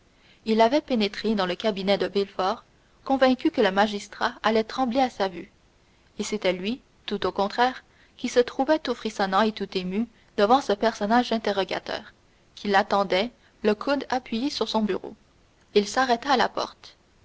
il avait pénétré dans le cabinet de villefort convaincu que le magistrat allait trembler à sa vue et c'était lui tout au contraire qui se trouvait tout frissonnant et tout ému devant ce personnage interrogateur qui l'attendait le coude appuyé sur son bureau il s'arrêta à la porte